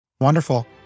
Wonderful